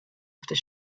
after